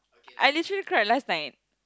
I literally cried last night